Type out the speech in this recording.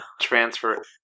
transfer